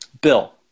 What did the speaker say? Bill